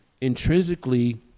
intrinsically